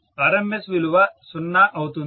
RMS విలువ సున్నా అవుతుంది